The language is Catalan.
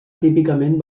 típicament